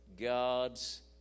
God's